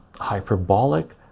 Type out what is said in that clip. hyperbolic